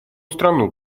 страну